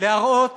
להראות